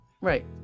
Right